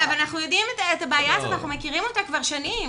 אבל אנחנו יודעים את הבעיה הזאת ומכירים אותה כבר שנים.